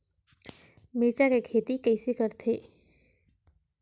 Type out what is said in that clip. मिरचा के खेती कइसे करथे?